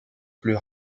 plus